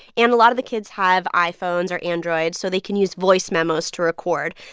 and a lot of the kids have iphones or androids, so they can use voice memos to record.